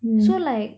so like